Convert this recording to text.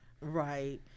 Right